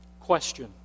Question